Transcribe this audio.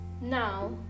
Now